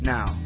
Now